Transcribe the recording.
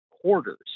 quarters